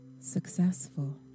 successful